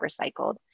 recycled